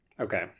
Okay